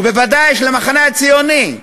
ובוודאי של המחנה הציוני,